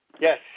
Yes